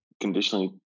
Conditionally